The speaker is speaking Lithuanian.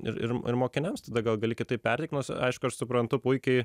ir ir ir mokiniams tada gal gali kitaip perteikt nors aišku aš suprantu puikiai